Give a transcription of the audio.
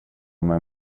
med